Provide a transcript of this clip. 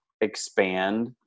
expand